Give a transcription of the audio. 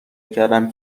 کردم